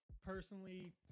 personally